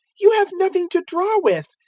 you have nothing to draw with,